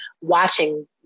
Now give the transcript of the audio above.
watching